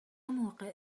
موقع